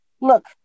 Look